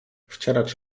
wcierać